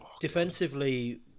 Defensively